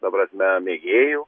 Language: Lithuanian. ta prasme mėgėjų